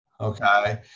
okay